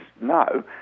no